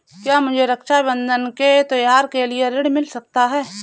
क्या मुझे रक्षाबंधन के त्योहार के लिए ऋण मिल सकता है?